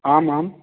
आम् आम्